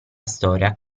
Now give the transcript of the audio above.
storia